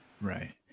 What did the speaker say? Right